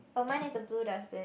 oh mine is the blue dustbin